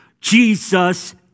Jesus